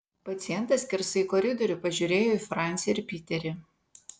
pacientas skersai koridorių pažiūrėjo į francį ir piterį